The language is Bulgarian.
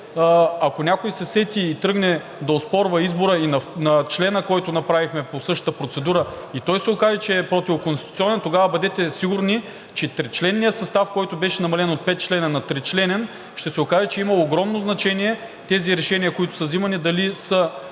ако някой се сети и тръгне да оспорва избора и на члена, който направихме по същата процедура и той се окаже, че е противоконституционен, тогава бъдете сигурни, че тричленният състав, който беше намален от пет члена на тричленен, ще се окаже, че има огромно значение тези решения, които са взимани, дали са,